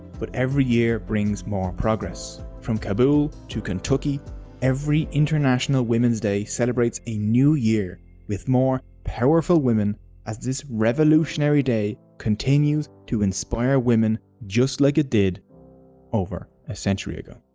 but every year brings more progress. from kabul to kentucky every international women's day celebrates a new year with more powerful women as this revolutionary day continues to inspire women just like it did over a century ago.